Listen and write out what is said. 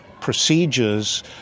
procedures